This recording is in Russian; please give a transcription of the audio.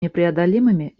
непреодолимыми